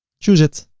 choose it.